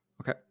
Okay